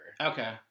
Okay